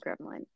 gremlin